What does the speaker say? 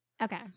Okay